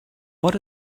what